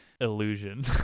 illusion